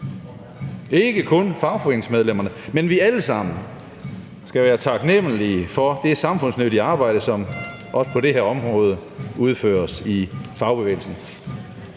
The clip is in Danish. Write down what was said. Ikke kun fagforeningsmedlemmerne, men vi alle sammen skal være taknemlige for det samfundsnyttige arbejde, som også på det her område udføres i fagbevægelsen.